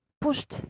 pushed